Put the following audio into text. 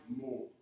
more